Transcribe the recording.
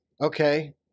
Okay